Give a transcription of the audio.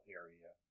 area